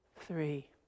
three